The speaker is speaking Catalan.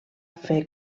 fer